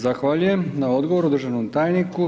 Zahvaljujem na odgovoru državnom tajniku.